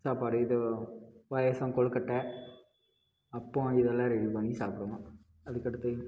சாப்பாடு இதை பாயாசம் கொலுக்கட்டை அப்பம் இதெல்லாம் ரெடி பண்ணி சாப்பிடுவோம் அதுக்கடுத்தது